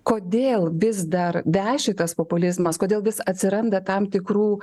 kodėl vis dar veši tas populizmas kodėl vis atsiranda tam tikrų